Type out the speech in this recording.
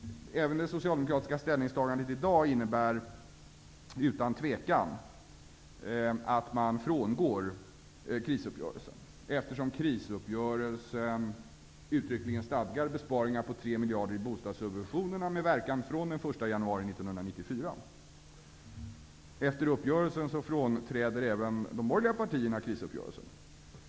Även det socialdemokratiska ställningstagandet i dag innebär utan tvivel att man frångår krisuppgörelsen, eftersom krisuppgörelsen uttryckligen stadgar besparingar på 3 miljarder i bostadssubventionerna med verkan fr.o.m. den 1 januari 1994. Efter uppgörelsen frånträder även de borgerliga partierna krisuppgörelsen.